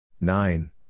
Nine